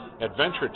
Adventure